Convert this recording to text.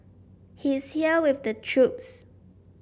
he's there with the troops